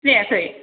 सिनायाखै